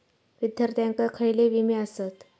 विद्यार्थ्यांका खयले विमे आसत?